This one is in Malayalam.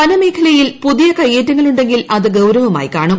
വനമേഖലയിൽ പുതിയ കൈയേറ്റങ്ങളുണ്ടെങ്കിൽ അത് ഗൌരവമായി കാണും